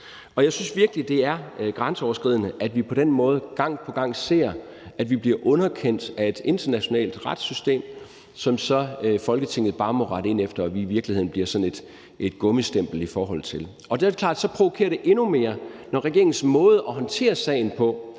og jeg synes virkelig, det er grænseoverskridende, at vi på den måde gang på gang ser, at vi bliver underkendt af et internationalt retssystem, som Folketinget så bare må rette ind efter, og som vi i virkeligheden bliver sådan et gummistempel for. Der er det klart, at så provokerer det endnu mere, når regeringens måde at håndtere sagen på